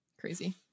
Crazy